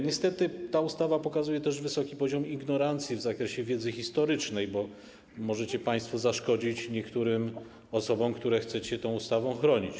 Niestety ta ustawa pokazuje też wysoki poziom ignorancji w zakresie wiedzy historycznej, bo możecie państwo zaszkodzić niektórym osobom, które chcecie tą ustawą chronić.